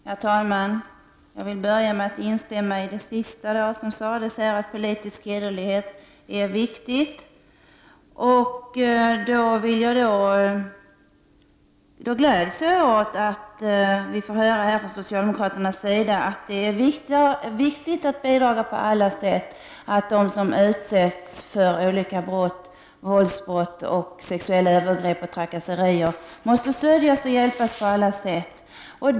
Herr talman! Jag vill börja med att instämma i det sista som Eva Johansson sade, nämligen att politisk hederlighet är viktig. Jag gläds åt att vi från socialdemokraterna får höra att det är viktigt att man på alla sätt bidrar till att de som utsätts för olika brott — våldsbrott, sexuella övergrepp och trakasserier — får stöd och hjälp.